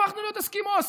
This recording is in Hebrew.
הפכנו להיות אסקימואים.